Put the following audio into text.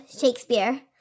Shakespeare